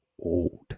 old